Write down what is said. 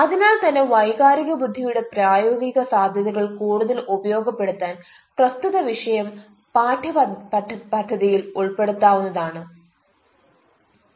അതിനാൽ തന്നെ വൈകാരിക ബുദ്ധിയുടെ പ്രായോഗിക സാധ്യതകൾ കൂടുതൽ ഉപയോഗപ്പെടുത്താൻ പ്രസ്തുത വിഷയം പാഠ്യ പദ്ധതിയിൽ ഉൾപ്പെടുത്താവുന്നത് ആണ്